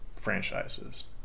franchises